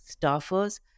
staffers